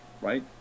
right